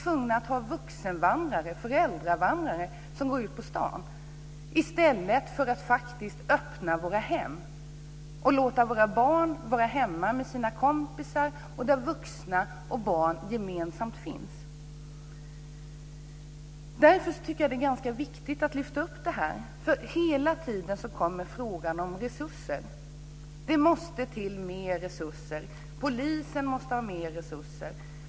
Man måste ha föräldravandrare som går ut på stan i stället för att öppna våra hem och låta våra barn vara hemma med sina kompisar tillsammans med vuxna. Därför är det viktigt att lyfta fram detta. Hela tiden kommer frågan om resurser upp. Det måste till mer resurser. Polisen måste ha mer resurser.